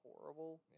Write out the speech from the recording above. horrible